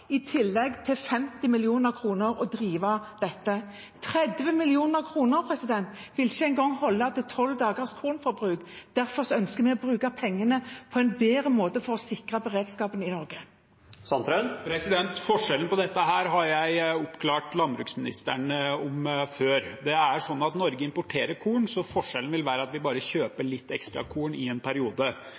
i tillegg til 50 mill. kr for å drive dette. 30 mill. kr vil ikke engang holde til tolv dagers kornforbruk. Derfor ønsker vi å bruke pengene på en bedre måte for å sikre beredskapen i Norge. Forskjellen på dette har jeg oppklart for landbruksministeren før. Det er sånn at Norge importerer korn, så forskjellen vil være at vi bare kjøper litt ekstra korn i en periode.